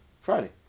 Friday